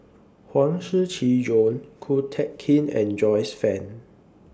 Huang Shiqi Joan Ko Teck Kin and Joyce fan